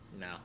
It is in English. No